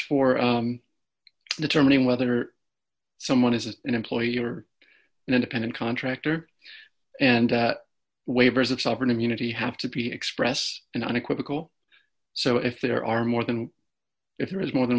for determining whether someone is an employee or an independent contractor and that waivers of sovereign immunity have to be expressed in unequivocal so if there are more than if there is more than